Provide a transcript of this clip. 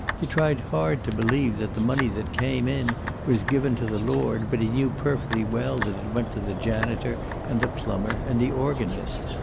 he tried hard to believe that the money that came in was given to the lord, but he knew perfectly well that it went to the janitor and the plumber and the organist.